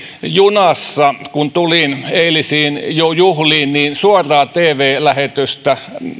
junassa kun tulin eilisiin juhliin suoraa tv lähetystä